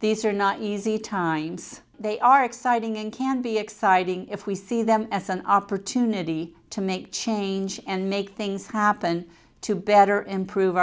these are not easy times they are exciting and can be exciting if we see them as an opportunity to make change and make things happen to better improve